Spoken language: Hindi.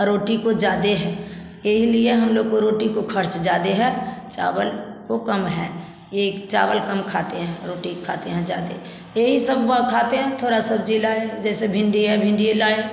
और रोटी की ज्यादा है यही लिए हम लोग को रोटी को खर्च ज्यादा है चावल का कम है यही चावल काम खाते है रोटी खाते है ज्यादे यही सब हम कहते हैं थोड़ा सब्जी लाए जैसे भिंडी है भिंडी लाए